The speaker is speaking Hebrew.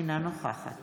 אינה נוכחת